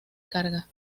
carga